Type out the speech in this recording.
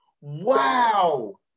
Wow